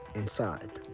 inside